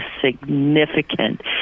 significant